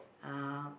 uh